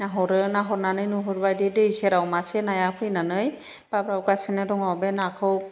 नाहरो नाहरनानै नुहुरबाय दि दै सेराव मासे नाया फैनानै बाब्राबगासिनो दङ बे नाखौ